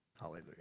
Hallelujah